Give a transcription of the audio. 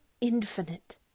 infinite